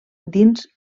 dins